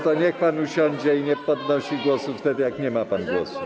To niech pan usiądzie i nie podnosi głosu wtedy, jak nie ma pan głosu.